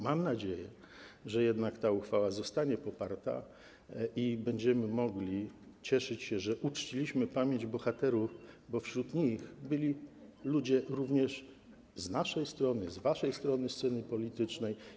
Mam nadzieję, że jednak ta uchwała zostanie poparta i będziemy mogli cieszyć się z tego, że uczciliśmy pamięć bohaterów, bo wśród nich byli ludzie również z naszej strony, z waszej strony sceny politycznej.